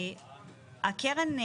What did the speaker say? הקרן,